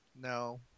no